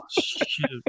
shoot